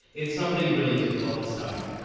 it's something really difficult to stomach.